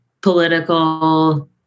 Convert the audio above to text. political